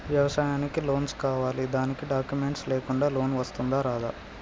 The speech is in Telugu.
వ్యవసాయానికి లోన్స్ కావాలి దానికి డాక్యుమెంట్స్ లేకుండా లోన్ వస్తుందా రాదా?